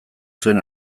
zuen